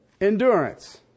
endurance